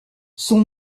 son